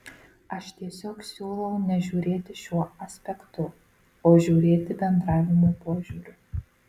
aš tiesiog siūlau nežiūrėti šiuo aspektu o žiūrėti bendravimo požiūriu